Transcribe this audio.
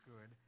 good